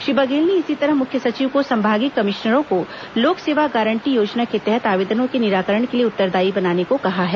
श्री बघेल ने इसी तरह मुख्य सचिव को संभागीय कमिश्नरों को लोक सेवा गारंटी योजना के तहत आवेदनों के निराकरण के लिए उत्तरदायी बनाने का कहा है